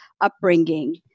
upbringing